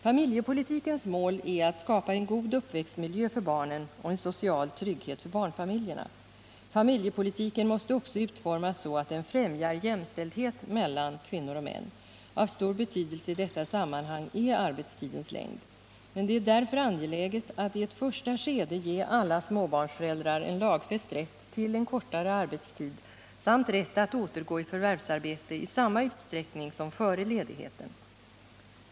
Familjepolitikens mål är att skapa en god uppväxtmiljö för barnen och en social trygghet för barnfamiljerna. Familjepolitiken måste också utformas så att den främjar jämställdhet mellan kvinnor och män. Av stor betydelse i detta sammanhang är arbetstidens längd. Det är därför angeläget att i ett första skede ge alla småbarnsföräldrar en lagfäst rätt till en kortare arbetstid samt rätt att återgå i förvärvsarbete i samma utsträckning som före ledigheten.